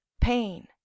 pain